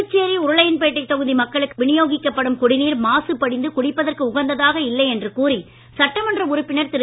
புதுச்சேரி உருளையன்பேட்டை தொகுதி மக்களுக்கு விநியோகிக்கப்படும் குடிநீர் மாசு படிந்து குடிப்பதற்கு உகந்ததாக இல்லை என்று கூறி சட்டமன்ற உறுப்பினர் திரு